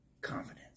confidence